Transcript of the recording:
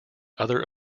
other